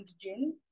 gin